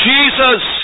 Jesus